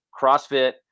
CrossFit